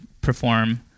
perform